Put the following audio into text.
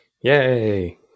Yay